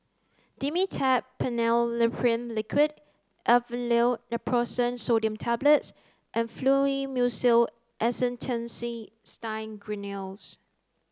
Dimetapp Phenylephrine Liquid Aleve Naproxen Sodium Tablets and Fluimucil Acetylcysteine Granules